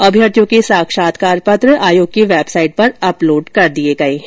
अम्यर्थियों के साक्षात्कार पत्र आयोग की वेबसाइट पर अपलोड कर दिये गये है